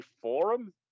forum